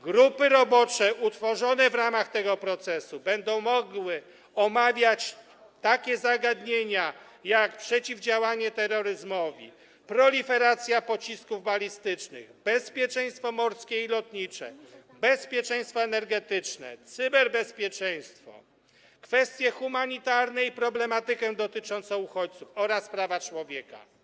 Grupy robocze utworzone w ramach tego procesu będą mogły omawiać takie zagadnienia jak przeciwdziałanie terroryzmowi, proliferacja pocisków balistycznych, bezpieczeństwo morskie i lotnicze, bezpieczeństwo energetyczne, cyberbezpieczeństwo, kwestie humanitarne i problematyka dotycząca uchodźców oraz praw człowieka.